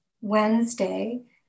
Wednesday